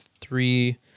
three